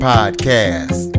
Podcast